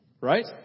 Right